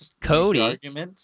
Cody